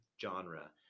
genre